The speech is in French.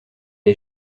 est